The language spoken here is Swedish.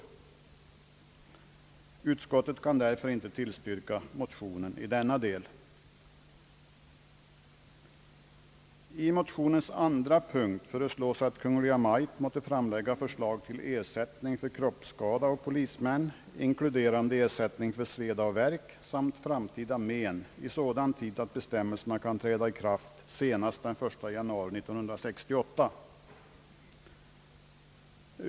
Utskottet kan därför inte tillstyrka motionerna i denna del. I motionernas andra punkt föreslås, att Kungl. Maj:t måtte framlägga förslag till ersättning för kroppsskada å polisman, inkluderande ersättning för sveda och värk samt framtida men, i sådan tid att bestämmelserna kan träda i kraft senast den 1 januari 1968.